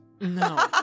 No